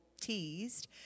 teased